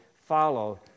follow